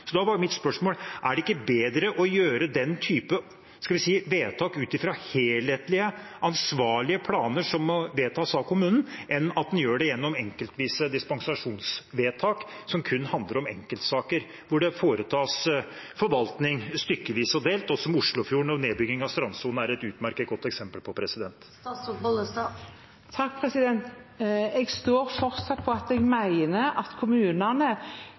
Da var mitt spørsmål om det ikke er bedre å gjøre den typen vedtak ut fra helhetlige, ansvarlige planer som må vedtas av kommunen, enn at en gjør det gjennom dispensasjonsvedtak enkeltvis, som kun handler om enkeltsaker, og hvor det foretas forvaltning stykkevis og delt, noe som Oslofjorden og nedbyggingen av strandsonen er et utmerket godt eksempel på. Jeg står fortsatt på at jeg mener at kommunene,